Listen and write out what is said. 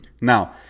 Now